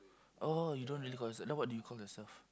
oh you don't really consider then what do you call yourself